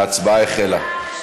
ההצבעה החלה.